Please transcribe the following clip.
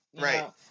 Right